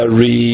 re